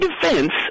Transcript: defense